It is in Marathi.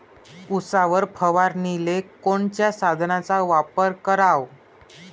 उसावर फवारनीले कोनच्या साधनाचा वापर कराव?